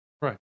Right